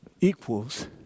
equals